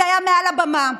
זה היה מעל לבמה,